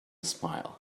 smile